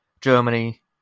Germany